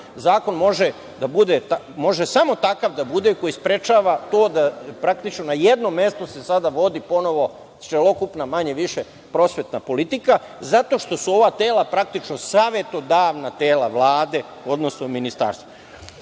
Zakon može samo takav da bude koji sprečava to da se sada praktično na jednom mestu vodi ponovo celokupna manje-više prosvetna politika, zato što su ova tela praktično savetodavna tela Vlade, odnosno ministarstva. Još